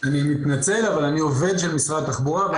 אני מתנצל, אבל אני עובד של משרד התחבורה.